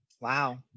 Wow